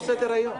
איפה סדר-היום?